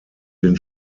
den